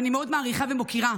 ואני מאוד מעריכה ומוקירה.